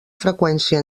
freqüència